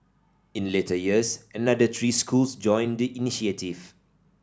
in later years another three schools joined the initiative